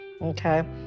okay